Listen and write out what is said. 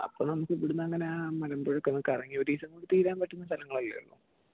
അപ്പം ആ നമുക്കിവിടുന്നങ്ങനെ മലമ്പുഴയിൽ പോകാൻ കറങ്ങി ഒരു ദിവസം കൊണ്ട് തീരാൻ പറ്റുന്ന സ്ഥലങ്ങളല്ലല്ലോ